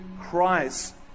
Christ